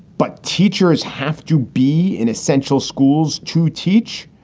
but teachers have to be in essential schools to teach.